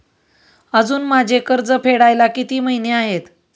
अजुन माझे कर्ज फेडायला किती महिने आहेत?